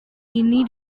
ini